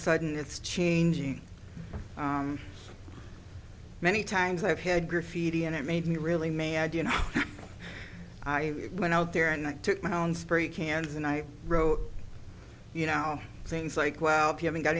sudden it's changing many times i've had graffiti and it made me really may i do you know i went out there and i took my own spray cans and i wrote you know things like well haven't got